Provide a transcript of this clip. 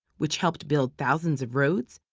which helped build thousands of roads,